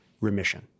remission